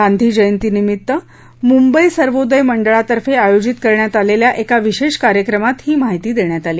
गांधी जयंतीनिमित्त मुंबई सर्वोदय मंडळातर्फे आयोजित करण्यात आलेल्या एका विशेष कार्यक्रमात माहिती देण्यात आली